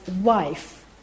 wife